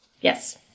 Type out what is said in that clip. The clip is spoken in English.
Yes